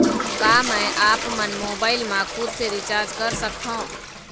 का मैं आपमन मोबाइल मा खुद से रिचार्ज कर सकथों?